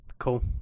cool